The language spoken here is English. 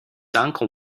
uncle